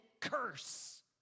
curse